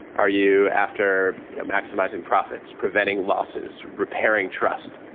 are you after you know maximizing profits, preventing losses, repairing trust?